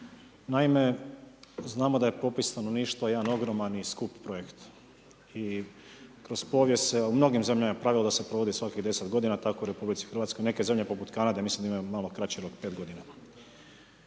naime, znamo da je popis stanovništva jedan ogroman i skup projekt i kroz povijest se u mnogim zemljama je pravilo da se provodi svaki 10 godina tako i u Republic Hrvatskoj, neke zemlje poput Kanade mislim da imaju malo kraći rok 5 godina.